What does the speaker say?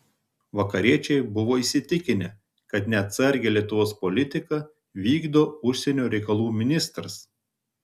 vakariečiai buvo įsitikinę kad neatsargią lietuvos politiką vykdo užsienio reikalų ministras